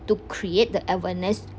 to create the awareness